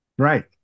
right